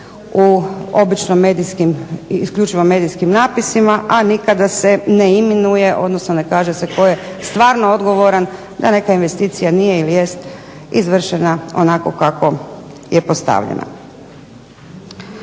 u obično isključivo medijskim napisima, a nikada se ne imenuje, odnosno ne kaže se tko je stvarno odgovoran da neka investicija nije ili jest izvršena onako kako je postavljena.